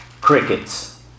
crickets